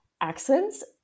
accents